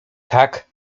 tak